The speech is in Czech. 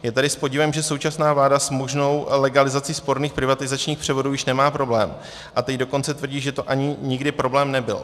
Je tedy s podivem, že současná vláda s možnou legalizací sporných privatizačních převodů již nemá problém, a teď dokonce tvrdí, že to ani nikdy problém nebyl.